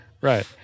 Right